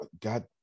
God